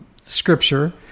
scripture